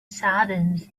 saddened